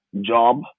job